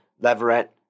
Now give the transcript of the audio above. Leverett